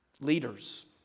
leaders